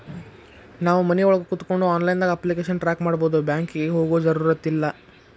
ನಾವು ಮನಿಒಳಗ ಕೋತ್ಕೊಂಡು ಆನ್ಲೈದಾಗ ಅಪ್ಲಿಕೆಶನ್ ಟ್ರಾಕ್ ಮಾಡ್ಬೊದು ಬ್ಯಾಂಕಿಗೆ ಹೋಗೊ ಜರುರತಿಲ್ಲಾ